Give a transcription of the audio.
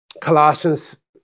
Colossians